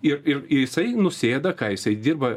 ir ir ir jisai nusėda ką jisai dirba